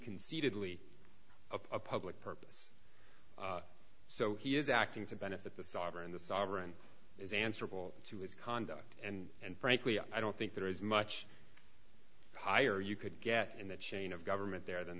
concededly a public purpose so he is acting to benefit the sovereign the sovereign is answerable to his conduct and frankly i don't think there is much higher you could get in the chain of government there than